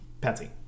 Patsy